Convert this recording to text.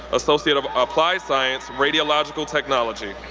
associate of applied science, radiologic technology.